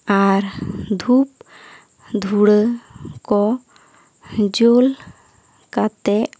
ᱟᱨ ᱫᱷᱩᱯ ᱫᱷᱩᱸᱲᱟᱹ ᱠᱚ ᱡᱩᱞ ᱠᱟᱛᱮ